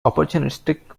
opportunistic